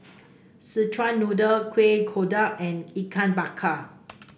Szechuan Noodle Kueh Kodok and Ikan Bakar